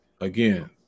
again